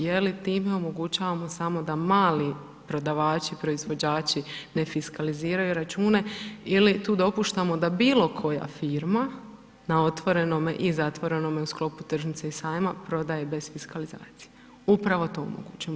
Je li time omogućavamo samo da mali prodavači, proizvođači ne fiskaliziraju račune ili tu dopuštamo da bilo koja firma na otvorenome i zatvorenome u sklopu tržnice i sajma prodaje bez fiskalizacije, upravo to omogućujemo.